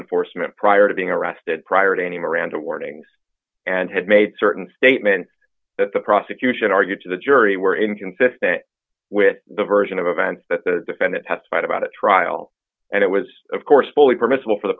enforcement prior to being arrested prior to any miranda warnings and had made certain statements that the prosecution argued to the jury were inconsistent with the version of events that the defendant testified about a trial and it was of course fully permissible for the